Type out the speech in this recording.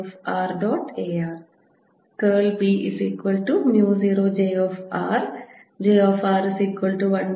A B0jrjr10B W120drB